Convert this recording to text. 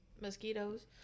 mosquitoes